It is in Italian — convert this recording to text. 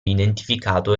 identificato